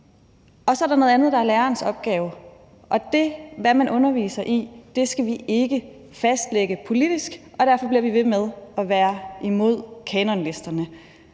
og så er der noget andet, der er lærerens opgave, og hvad man underviser i, skal vi ikke fastlægge politisk. Derfor bliver vi ved med at være imod kanonlisterne.